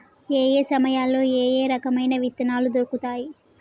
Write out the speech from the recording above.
ఏయే సమయాల్లో ఏయే రకమైన విత్తనాలు దొరుకుతాయి?